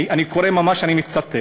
אני ממש קורא ומצטט.